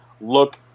look